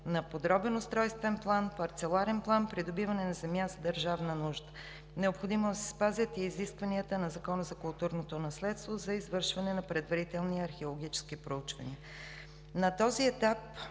на подробен устройствен план, парцеларен план с процедури по придобиване на земя за държавна нужда. Необходимо е да се спазят и изискванията на Закона за културното наследство за извършване на предварителни археологически проучвания. На този етап